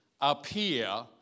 appear